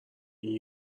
این